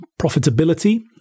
profitability